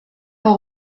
pas